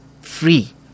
free